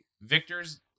Victor's